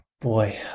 Boy